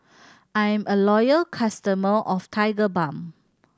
I'm a loyal customer of Tigerbalm